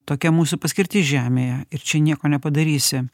tokia mūsų paskirtis žemėje ir čia nieko nepadarysi